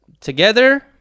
together